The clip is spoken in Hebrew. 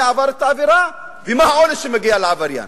עבר את העבירה ומה העונש שמגיע לעבריין.